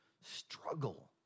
struggle